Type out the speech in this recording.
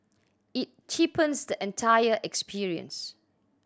it cheapens the entire experience